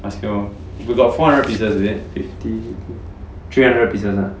basketball we got four hundred pieces is it three hundred pieces ah